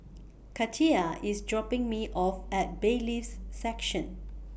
Katia IS dropping Me off At Bailiffs' Section